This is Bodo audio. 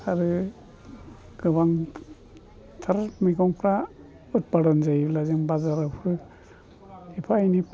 आरो गोबांथार मैगंफ्रा उतपादन जायोब्ला जों बाजारावबो एफा एनै